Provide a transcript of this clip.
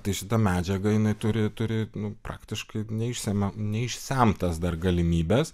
tai šita medžiaga jinai turi turinu praktiškai neišsemiama neišsemtas dar galimybes